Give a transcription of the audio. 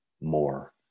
more